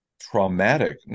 traumatic